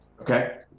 okay